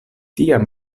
tiam